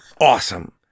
awesome